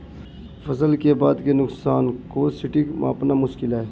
फसल के बाद के नुकसान को सटीक मापना मुश्किल है